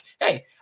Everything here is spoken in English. hey